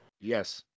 Yes